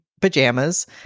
pajamas